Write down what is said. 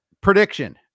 Prediction